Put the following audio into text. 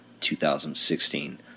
2016